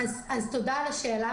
תודה על השאלה,